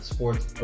Sports